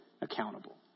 accountable